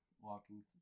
walking